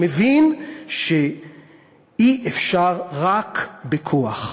מבין שאי-אפשר רק בכוח.